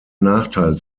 nachteil